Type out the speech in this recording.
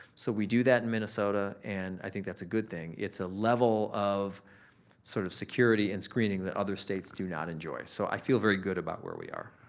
so, we do that in minnesota and i think that's a good thing. it's a level of sort of security and screening that other states do not enjoy. so, i feel very good about where we are.